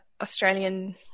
Australian